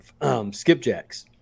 skipjacks